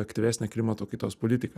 aktyvesnę klimato kaitos politiką